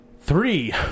Three